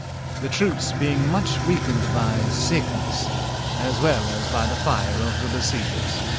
the troops being much weakened by sickness as well as by the fire of the besieges